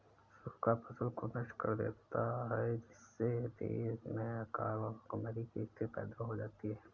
सूखा फसल को नष्ट कर देता है जिससे देश में अकाल व भूखमरी की स्थिति पैदा हो जाती है